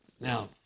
Now